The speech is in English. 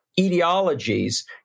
ideologies